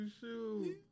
shoot